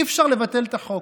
אי-אפשר לבטל את החוק.